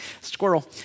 Squirrel